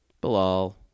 Bilal